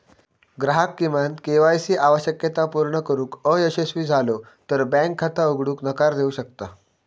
ग्राहक किमान K Y C आवश्यकता पूर्ण करुक अयशस्वी झालो तर बँक खाता उघडूक नकार देऊ शकता